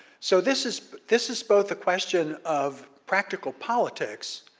so this is this is both a question of practical politics,